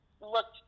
looked